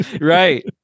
Right